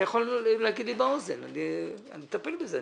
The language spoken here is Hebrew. אתה יכול להגיד לי באוזן ואני אטפל בזה.